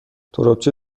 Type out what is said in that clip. تربچه